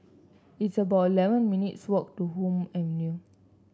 it's about eleven minutes' walk to Hume Avenue